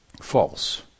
false